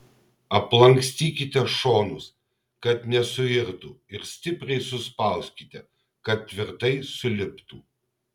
aplankstykite šonus kad nesuirtų ir stipriai suspauskite kad tvirtai suliptų